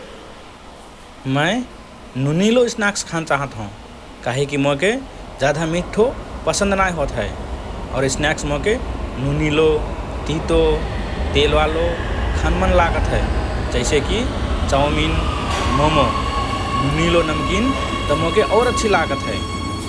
मए नुनिलो स्न्याक्स् खान चाहत हओं । काहेकि मोके जाधा मिठो पसन्द नाए होत हए और स्न्याक्स मोके नुनिलो, तितो, तेलवालो खान मन लागत हए । जैसेकि चाउमिन, मोमो ।